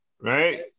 Right